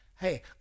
Hey